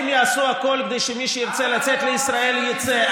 יעשו הכול כדי שמי שירצה לצאת לישראל יצא,